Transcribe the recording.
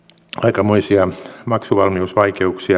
raikamoisia maksuvalmiusvaikeuksia